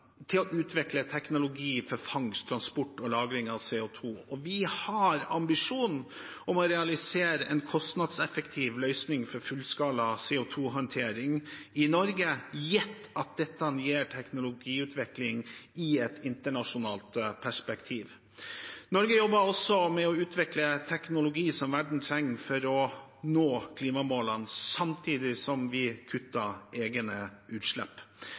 til å utvikle teknologi for fangst, transport og lagring av CO 2 . Vi har ambisjon om å realisere en kostnadseffektiv løsning for fullskala CO 2 -håndtering i Norge, gitt at dette gir teknologiutvikling i et internasjonalt perspektiv. Norge jobber også med å utvikle teknologi som verden trenger for å nå klimamålene, samtidig som vi kutter egne utslipp.